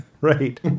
right